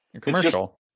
commercial